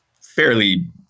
fairly